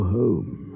home